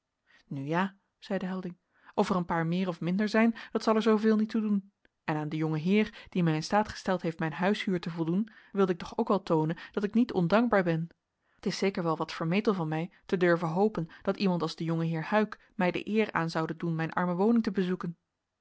nu ja zeide helding of er een paar meer of minder zijn dat zal er zooveel niet toe doen en aan den jongen heer die mij in staat gesteld heeft mijn huishuur te voldoen wilde ik toch ook wel toonen dat ik niet ondankbaar ben t is zeker wel wat vermetel van mij te durven hopen dat iemand als de jongeheer huyck mij de eer aan zoude doen mijn arme woning te bezoeken